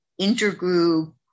intergroup